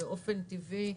באופן טבעי,